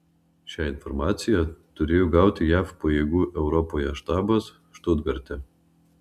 šią informaciją turėjo gauti jav pajėgų europoje štabas štutgarte